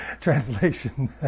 translation